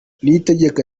niyitegeka